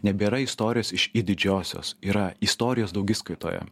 nebėra istorijos iš i didžiosios yra istorijos daugiskaitoje